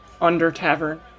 under-tavern